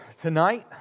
tonight